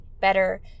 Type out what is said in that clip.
better